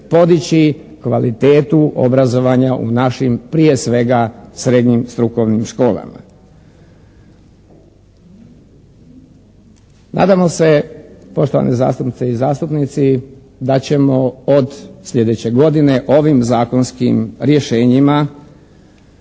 kvalitetu obrazovanja u našim prije svega srednjim strukovnim školama. Nadamo se poštovane zastupnice i zastupnici da ćemo od sljedeće godine ovim zakonskim rješenjima